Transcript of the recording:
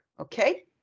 Okay